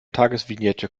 tagesvignette